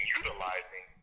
utilizing